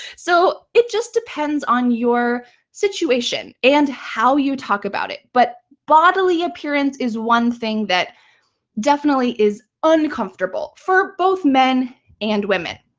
so it just depends on your situation and how you talk about it. but bodily appearance is one thing that definitely is uncomfortable for both men and women.